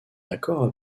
accord